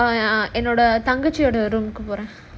என்னோட தங்கச்சியோட:ennoda thangachioda room போறேன்:poraen